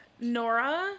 Nora